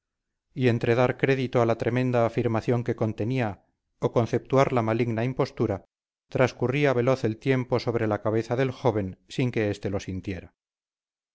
y entre dar crédito a la tremenda afirmación que contenía o conceptuarla maligna impostura transcurría veloz el tiempo sobre la cabeza del joven sin que este lo sintiera